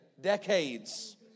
decades